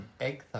Egg